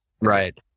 Right